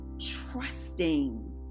trusting